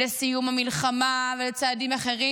לסיום המלחמה, לצעדים אחרים,